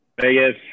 Vegas